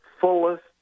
fullest